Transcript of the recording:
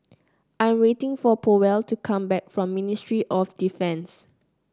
I am waiting for Powell to come back from Ministry of Defence